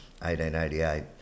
1888